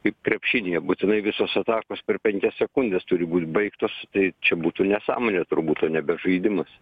kaip krepšinyje būtinai visos atakos per penkias sekundes turi būt baigtos tai čia būtų nesąmonė turbūt o nebe žaidimas